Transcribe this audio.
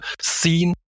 seen